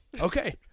Okay